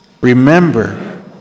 Remember